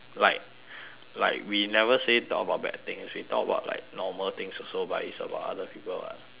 like we never say talk about bad things we talk about like normal things also but it's about other people [what]